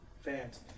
Fans